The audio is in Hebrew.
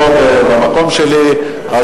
אני פה במקום שלי, .